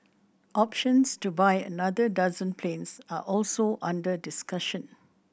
options to buy another dozen planes are also under discussion